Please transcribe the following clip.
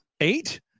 Eight